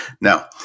Now